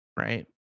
right